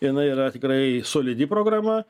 jinai yra tikrai solidi programa